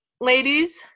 ladies